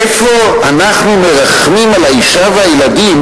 איפה אנחנו מרחמים על האשה והילדים